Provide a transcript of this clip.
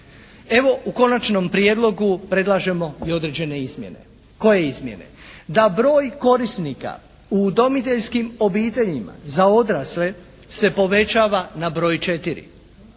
Evo, u konačnom prijedlogu predlažemo i određene izmjene. Koje izmjene? Da broj korisnika u udomiteljskim obiteljima za odrasle se povećava na broj četiri.